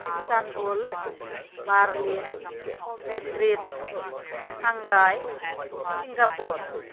Istanbul Berlin Madrid Shanghai Singapore